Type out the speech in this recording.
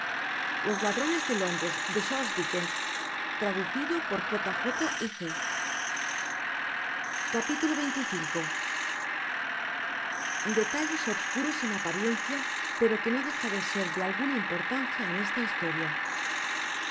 los ladrones de londres de cho dickens traducido por j j detalles obscuros en apariencia pero que no deja de ser de alguna importancia en esta historia